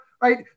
right